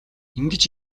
ингэж